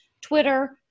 Twitter